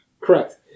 Correct